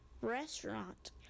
restaurant